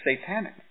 satanic